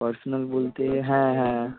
personal বলতে হ্যাঁ হ্যাঁ